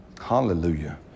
Hallelujah